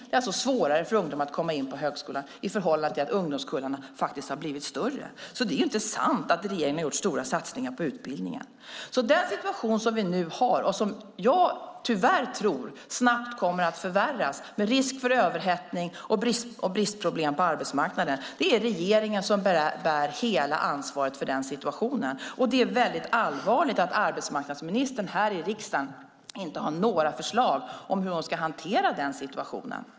Det är alltså svårare för ungdomar att komma in på högskolan, eftersom ungdomskullarna faktiskt har blivit större. Det är alltså inte sant att regeringen har gjort stora satsningar på utbildningen. Det är regeringen som bär hela ansvaret för den situation som vi nu har och som jag tyvärr tror snabbt kommer att förvärras med risk för överhettning och bristproblem på arbetsmarknaden. Det är allvarligt att arbetsmarknadsministern här i riksdagen inte har några förslag om hur hon ska hantera den situationen.